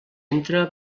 entra